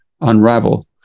unravel